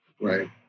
Right